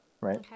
right